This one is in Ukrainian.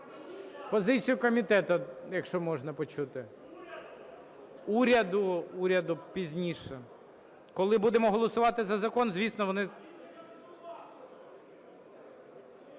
Позицію комітету, якщо можна, почути. Уряду? Уряду пізніше, коли будемо голосувати за закон, звісно, вони…